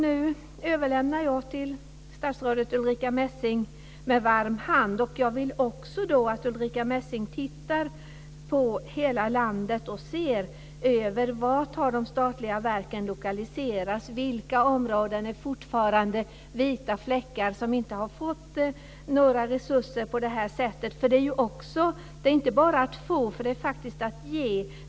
Nu överlämnar jag med varm hand frågan till statsrådet Ulrica Messing. Jag vill också att Ulrica Messing tittar på hela landet. Jag vill att hon ser över vart de statliga verken har lokaliserats och vilka områden som fortfarande är vita fläckar som inte har fått några resurser. Det är ju inte bara att få, utan det är också att ge.